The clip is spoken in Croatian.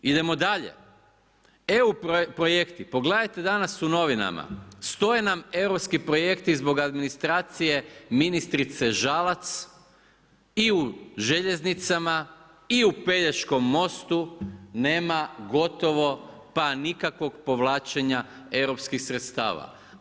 Idemo dalje, EU projekti, pogledajte danas u novinama, stoje nam europski projekti zbog administracije ministrice Žalac i u željeznicama i u Pelješkom mostu, nema gotovo pa nikakvog povlačenja europskih sredstava.